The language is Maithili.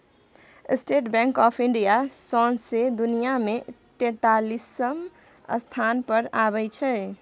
स्टेट बैंक आँफ इंडिया सौंसे दुनियाँ मे तेतालीसम स्थान पर अबै छै